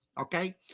okay